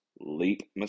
leap